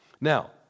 Now